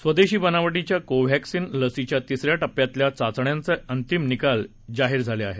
स्वदेशी बनावटीच्या कोव्हॅक्सिन लसीच्या तिसऱ्या टप्प्यातल्या चाचण्यांचे अंतरिम निकाल जाहीर झाले आहेत